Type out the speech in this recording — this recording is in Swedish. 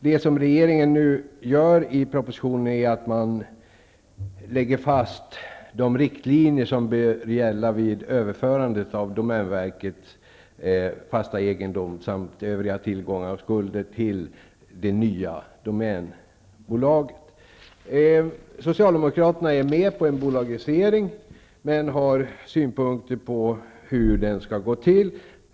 Det regeringen nu gör är att man lägger fast de riktlinjer som bör gälla vid överförandet av domänverkets fasta egendom och övriga tillgångar och skulder till det nya domänbolaget. Socialdemokraterna är med på en bolagisering men har synpunkter på hur den skall gå till.